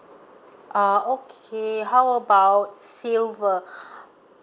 uh okay how about silver